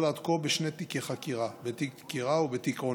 עד כה בשני תיקי חקירה: בתיק דקירה ובתיק אונס.